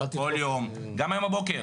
גם היום בבוקר,